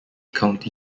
county